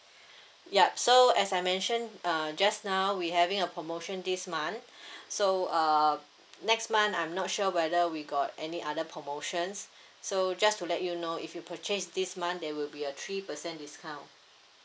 ya so as I mentioned uh just now we having a promotion this month so uh next month I'm not sure whether we got any other promotions so just to let you know if you purchase this month there will be a three percent discount